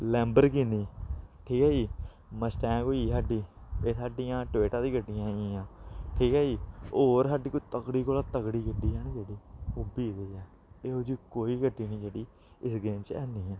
Lamborghini ठीक ऐ जी मसटैंंग होई गेई साढी एह् साढियां टवेटा दियां गड्डियां आई गेइयां ठीक ऐ जी होर साढ़ी तकड़ी कोला तकड़ी गड्डी ऐ न जेह्ड़ी ओह् बी दी ऐ एह् जी कोई गड्डी निं जेह्ड़ी इस गेम च हैनी ऐ